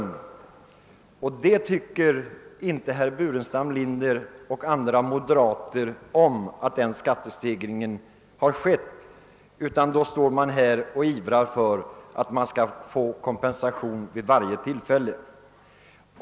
Och att den skattestegringen har skett tycker inte herr Burenstam Linder och andra moderater om, utan man står här och ivrar för att det skall ges kompensation vid varje tillfälle.